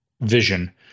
vision